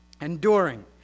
enduring